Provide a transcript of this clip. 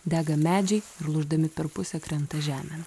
dega medžiai ir lūždami per pusę krenta žemėn